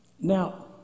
now